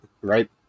right